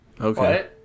okay